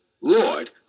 Lord